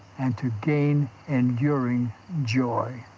and to gain enduring joy.